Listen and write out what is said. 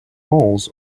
malls